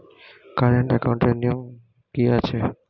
Current একাউন্টের নিয়ম কী আছে?